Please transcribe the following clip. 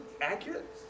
accurate